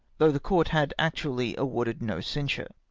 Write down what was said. though the court had actuauy awarded no censure.